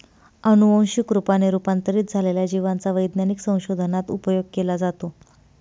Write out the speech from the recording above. अनुवंशिक रूपाने रूपांतरित झालेल्या जिवांचा वैज्ञानिक संशोधनात उपयोग केला जातो